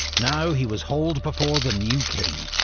now he was hauled before the new king,